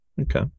Okay